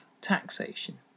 taxation